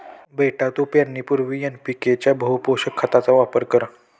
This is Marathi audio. बेटा तू पेरणीपूर्वी एन.पी.के च्या बहुपोषक खताचा वापर कर